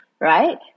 right